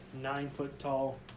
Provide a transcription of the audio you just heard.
nine-foot-tall